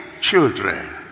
children